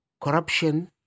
Corruption